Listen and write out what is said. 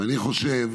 ואני חושב